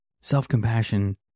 Self-compassion